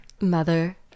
mother